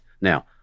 now